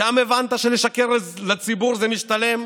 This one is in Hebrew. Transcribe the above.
שם הבנת שלשקר לציבור זה משתלם,